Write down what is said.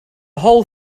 whole